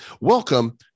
Welcome